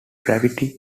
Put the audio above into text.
gravity